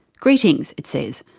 greetings it says.